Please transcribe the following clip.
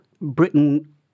Britain